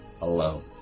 alone